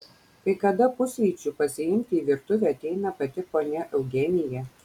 kai kada pusryčių pasiimti į virtuvę ateina pati ponia eugenija